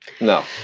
No